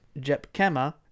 Jepkema